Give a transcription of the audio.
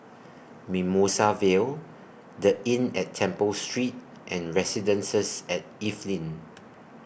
Mimosa Vale The Inn At Temple Street and Residences At Evelyn